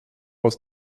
aus